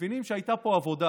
מבינים שהייתה פה עבודה.